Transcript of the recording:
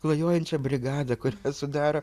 klajojančią brigadą kur sudaro